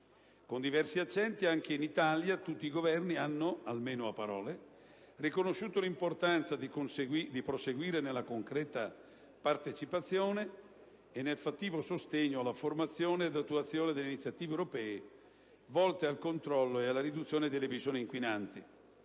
Con diversi accenti, anche in Italia tutti i Governi hanno, almeno a parole, riconosciuto l'importanza di proseguire nella concreta partecipazione e nel fattivo sostegno alla formazione ed attuazione delle iniziative europee volte al controllo e alla riduzione delle emissioni inquinanti.